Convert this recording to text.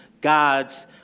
God's